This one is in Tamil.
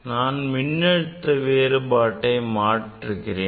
நான் மின்னழுத்த வேறுபாட்டை மாற்றுகிறேன்